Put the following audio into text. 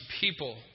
people